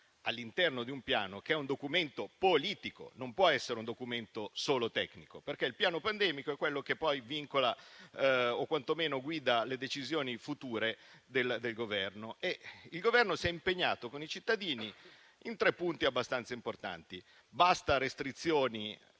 all'interno di un piano che sarà un documento politico. Non può essere un documento solo tecnico perché il piano pandemico è quello che poi vincola o quantomeno guida le decisioni future del Governo. Quest'ultimo si è impegnato con i cittadini su tre punti abbastanza importanti: basta restrizioni